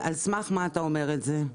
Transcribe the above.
על סמך מה אתה אומר את זה?